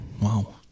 Wow